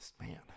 man